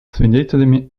свидетелями